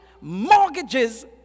mortgages